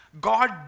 God